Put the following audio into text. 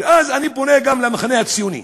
ואני פונה גם למחנה הציוני: